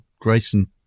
Grayson